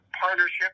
partnership